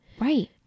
Right